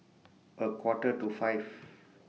A Quarter to five